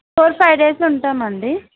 four five days ఉంటాం అండి